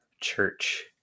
church